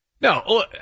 No